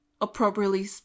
appropriately